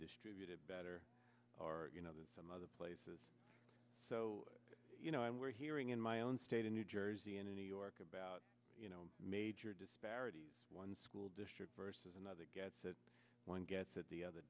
distribute it better or you know that some other places so you know i'm we're hearing in my own state in new jersey and in new york about you know major disparities one school district versus another gets it one gets it the other